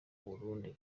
burundi